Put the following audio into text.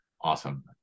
awesome